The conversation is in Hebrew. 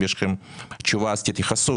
אם יש לכם תשובה אז תתייחסו,